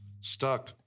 stuck